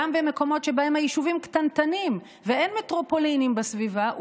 גם במקומות שבהם היישובים קטנטנים ואין מטרופולינים בסביבה.